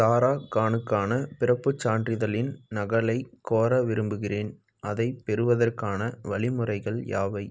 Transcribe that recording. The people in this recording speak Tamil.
சாரா கானுக்கான பிறப்புச் சான்றிதழின் நகலைக் கோர விரும்புகிறேன் அதைப் பெறுவதற்கான வழிமுறைகள் யாவை